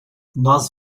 nós